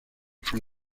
from